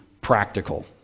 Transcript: practical